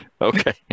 Okay